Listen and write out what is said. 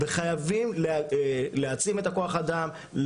וחייבים להעצים את כוח האדם,